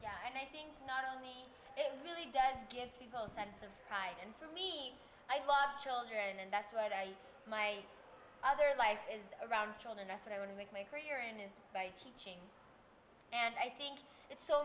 bad and i think not only it really does give people a sense of pride and for me i love children and that's what i my other life is around children that's what i want to make my career in is by teaching and i think it's so